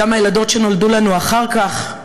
גם הילדות שנולדו לנו אחר כך,